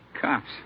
Cops